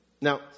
Now